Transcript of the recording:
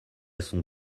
son